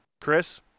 Chris